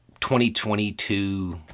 2022